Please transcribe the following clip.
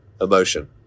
emotion